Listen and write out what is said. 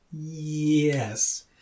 Yes